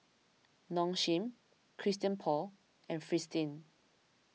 Nong Shim Christian Paul and Fristine